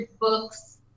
books